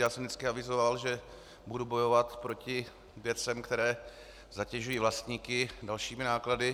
Já jsem vždycky avizoval, že budu bojovat proti věcem, které zatěžují vlastníky dalšími náklady.